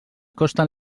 costen